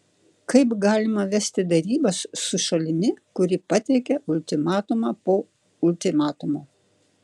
kaip galima vesti derybas su šalimi kuri pateikia ultimatumą po ultimatumo